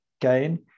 gain